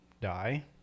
die